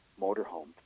motorhome